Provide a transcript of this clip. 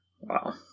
Wow